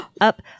up